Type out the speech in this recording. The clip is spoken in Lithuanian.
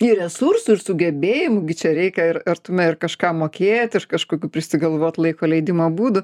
ir resursų ir sugebėjimų gi čia reikia ir artume ir kažkam mokėti už kažkokių prisigalvot laiko leidimo būdų